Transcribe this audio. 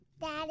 Daddy